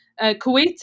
Kuwait